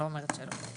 לא אמרתי שלא.